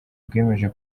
bwemeje